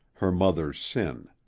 her mother's sin.